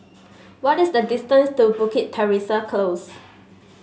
what is the distance to Bukit Teresa Close